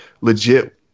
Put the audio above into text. legit